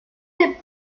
des